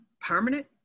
permanent